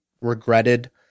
regretted